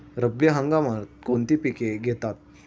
रब्बी हंगामात कोणती पिके घेतात?